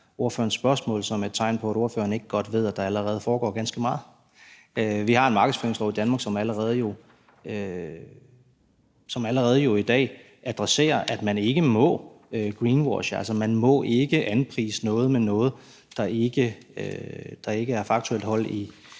ordførerens spørgsmål som et tegn på, at ordføreren ikke godt ved, at der allerede foregår ganske meget. Vi har en markedsføringslov i Danmark, som jo allerede i dag adresserer, at man ikke må greenwashe, altså at man ikke må anprise noget som noget, der faktuelt er uden hold i